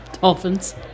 Dolphins